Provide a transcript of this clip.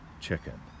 chicken